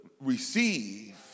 receive